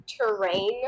terrain